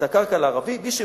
את הקרקע לערבים.